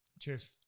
cheers